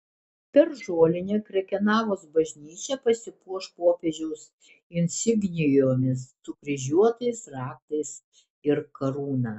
per žolinę krekenavos bažnyčia pasipuoš popiežiaus insignijomis sukryžiuotais raktais ir karūna